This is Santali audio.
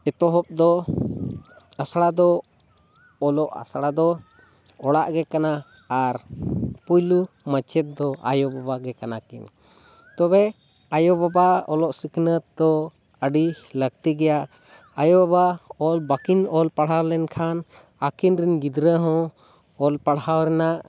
ᱮᱛᱚᱦᱚᱵ ᱫᱚ ᱟᱥᱲᱟ ᱫᱚ ᱚᱞᱚᱜ ᱟᱥᱲᱟ ᱫᱚ ᱚᱲᱟᱜ ᱜᱮ ᱠᱟᱱᱟ ᱟᱨ ᱯᱩᱭᱞᱩ ᱢᱟᱪᱮᱫ ᱫᱚ ᱟᱭᱚᱼᱵᱟᱵᱟ ᱜᱮ ᱠᱟᱱᱟ ᱠᱤᱱ ᱛᱚᱵᱮ ᱟᱭᱚᱼᱵᱟᱵᱟᱣᱟᱜ ᱚᱞᱚᱜ ᱥᱤᱠᱷᱱᱟᱹᱛ ᱫᱚ ᱟᱹᱰᱤ ᱞᱟᱹᱠᱛᱤ ᱜᱮᱭᱟ ᱟᱭᱚᱼᱵᱟᱵᱟ ᱚᱞ ᱵᱟᱹᱠᱤᱱ ᱚᱞ ᱯᱟᱲᱦᱟᱣ ᱞᱮᱱ ᱠᱷᱟᱱ ᱟᱹᱠᱤᱱ ᱨᱮᱱ ᱜᱤᱫᱽᱨᱟᱹ ᱦᱚᱸ ᱚᱞ ᱯᱟᱲᱦᱟᱣ ᱨᱮᱱᱟᱜ